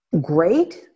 great